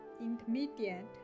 intermediate